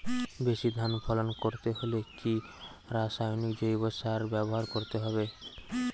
বেশি ধান ফলন করতে হলে কি রাসায়নিক জৈব সার ব্যবহার করতে হবে?